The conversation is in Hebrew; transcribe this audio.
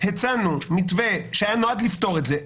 הצענו מתווה שנועד לפתור את זה,